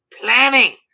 planning